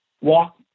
walk